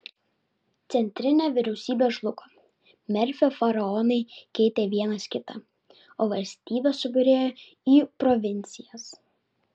centrinė vyriausybė žlugo merfio faraonai keitė vienas kitą o valstybė subyrėjo į provincijas